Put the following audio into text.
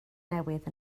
newydd